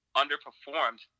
underperformed